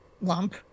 lump